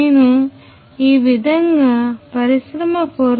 నేను ఈ విధముగా పరిశ్రమ 4